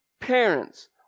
parents